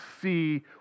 see